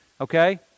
okay